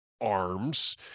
arms